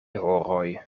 horoj